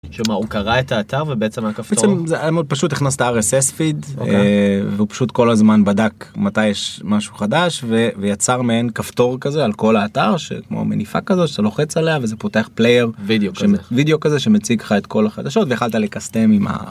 שמה, הוא קרא את האתר ובעצם היה כפתור? בעצם, זה היה מאד פשוט: הכנסת RSS פיד, והוא פשוט כל הזמן בדק מתי יש משהו חדש, ויצר מעין כפתור כזה על כל האתר, של... כמו מניפה כזאת שאתה לוחץ עליה וזה פותח פלייר... וידאו כזה... וידאו כזה, שמציג לך את כל החדשות ויכלת לקסטם עם ה...